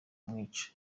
kumwica